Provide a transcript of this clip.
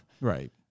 Right